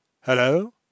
Hello